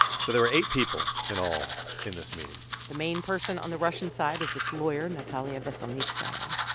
so there were eight people in all in this meeting the main person on the russian side is this lawyer, natalia veselnitskaya.